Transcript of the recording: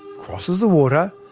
crosses the water,